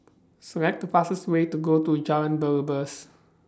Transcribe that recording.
Select The fastest Way to Go to Jalan Belibas